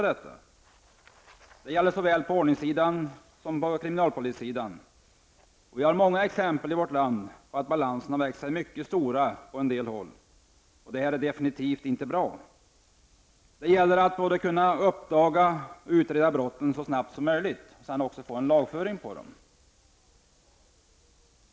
Detta gäller såväl på ordningssidan som på kriminalpolissidan. Vi har många exempel på att balanserna har växt sig mycket stora på en del håll i vårt land, och det är defenitivt inte bra. Det gäller att kunna både uppdaga och utreda brotten så snabbt som möjligt för att de senare skall kunna lagföras.